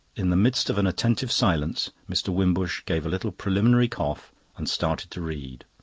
in the midst of an attentive silence mr. wimbush gave a little preliminary cough and started to read.